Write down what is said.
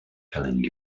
telling